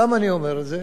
למה אני אומר את זה?